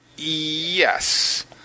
Yes